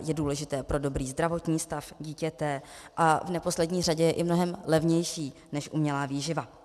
Je důležité pro dobrý zdravotní stav dítěte a v neposlední řadě je i mnohem levnější než umělá výživa.